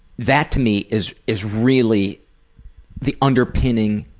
that to me is is really the underpinning,